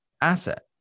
asset